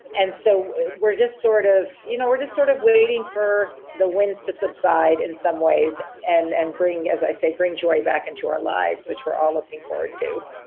and so we're just sort of, you know, we're just sort of waiting for the winds to subside. in some ways and and bring, as i say, bring joy back into our lives, which we're all looking forward to.